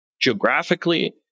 Geographically